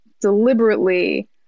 deliberately